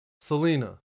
Selena